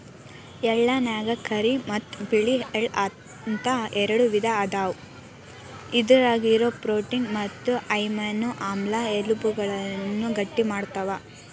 ಎಳ್ಳನ್ಯಾಗ ಕರಿ ಮತ್ತ್ ಬಿಳಿ ಎಳ್ಳ ಅಂತ ಎರಡು ವಿಧ ಅದಾವ, ಇದ್ರಾಗಿರೋ ಪ್ರೋಟೇನ್ ಮತ್ತು ಅಮೈನೋ ಆಮ್ಲ ಎಲಬುಗಳನ್ನ ಗಟ್ಟಿಮಾಡ್ತಾವ